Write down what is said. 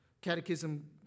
Catechism